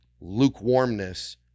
lukewarmness